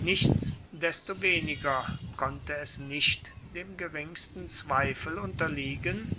nichtsdestoweniger konnte es nicht dem geringsten zweifel unterliegen